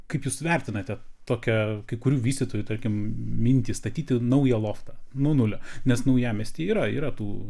kaip jūs vertinate tokią kai kurių vystytojų tarkim mintį statyti naują loftą nuo nulio nes naujamiesty yra yra tų